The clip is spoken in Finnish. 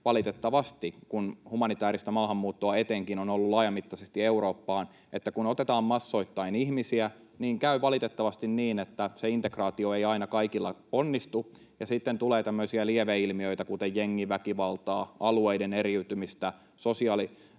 valitettavasti, kun etenkin humanitääristä maahanmuuttoa on ollut laajamittaisesti Eurooppaan, että kun otetaan massoittain ihmisiä, käy valitettavasti niin, että se integraatio ei aina kaikilla onnistu ja sitten tulee tämmöisiä lieveilmiöitä kuten jengiväkivaltaa, alueiden eriytymistä ja